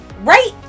Right